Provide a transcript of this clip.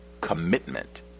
commitment